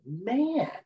man